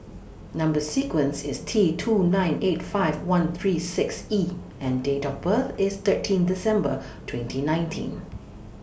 Number sequence IS T two nine eight five one three six E and Date of birth IS thirteen December twenty nineteen